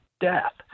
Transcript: death